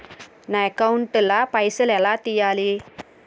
నా అకౌంట్ ల పైసల్ ఎలా తీయాలి?